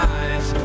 eyes